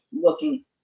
looking